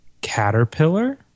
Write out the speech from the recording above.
Caterpillar